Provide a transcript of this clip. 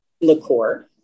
liqueur